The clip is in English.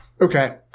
okay